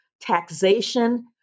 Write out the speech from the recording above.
taxation